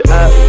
up